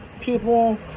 people